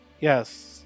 Yes